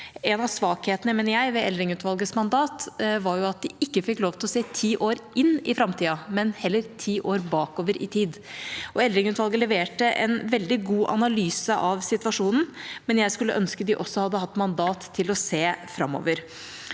en av svakhetene med Eldring-utvalgets mandat var at de ikke fikk lov til å se ti år inn i framtiden, men heller ti år bakover i tid. Eldring-utvalget leverte en veldig god analyse av situasjonen, men jeg skulle ønske de også hadde hatt mandat til å se framover.